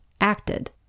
acted